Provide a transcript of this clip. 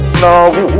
no